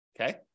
Okay